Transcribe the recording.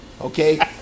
Okay